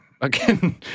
Again